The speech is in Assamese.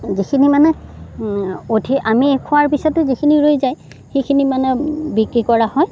যিখিনি মানে অধিক আমি খোৱাৰ পিছতো যিখিনি ৰৈ যায় সেইখিনি মানে বিক্ৰী কৰা হয়